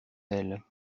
ailes